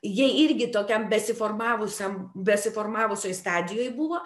jie irgi tokiam besiformavusiam besiformavusioj stadijoj buvo